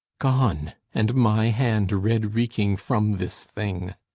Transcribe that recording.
gone? and my hand red-reeking from this thing!